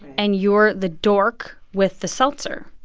and you're the dork with the seltzer.